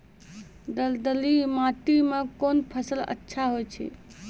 दलदली माटी म कोन फसल अच्छा होय छै?